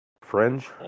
Fringe